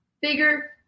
bigger